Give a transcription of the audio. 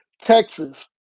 Texas